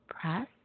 Press